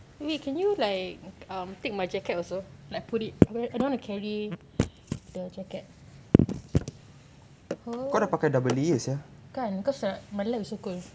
weh can you like um take my jacket also like put it where I don't want to carry the jacket oh kan because math laboratory is so cold